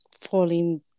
falling